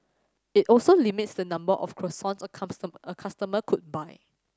it also limits the number of croissants a a customer could buy